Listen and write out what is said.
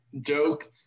joke